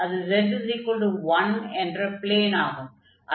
அது z1 என்ற plane ஆகும்